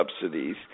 subsidies